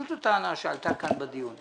זאת הטענה שעלתה כאן בדיון.